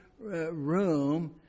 room